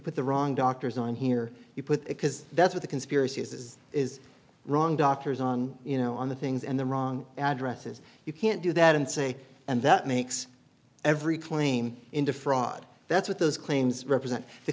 put the wrong doctors on here you put it because that's what the conspiracy is this is wrong doctors on you know on the things and the wrong addresses you can't do that and say and that makes every claim in the fraud that's what those claims represent the